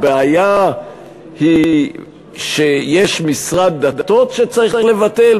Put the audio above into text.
הבעיה היא שיש משרד דתות שצריך לבטל?